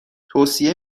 توصیه